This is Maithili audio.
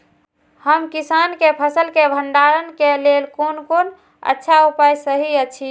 हम किसानके फसल के भंडारण के लेल कोन कोन अच्छा उपाय सहि अछि?